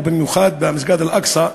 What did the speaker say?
ובמיוחד במסגד אל-אקצא,